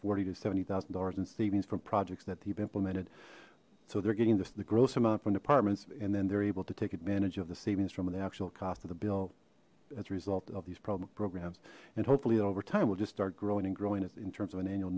forty to seventy thousand dollars in savings from projects that keep implemented so they're getting this the gross amount from departments and then they're able to take advantage of the savings from the actual cost of the bill as a result of these programs and hopefully over time we'll just start growing and growing in terms of an annual